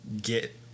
get